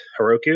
Heroku